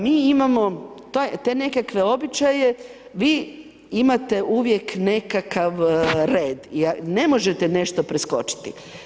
Mi imamo te nekakve običaje, vi imate uvijek nekakav red, ne možete nešto preskočiti.